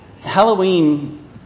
Halloween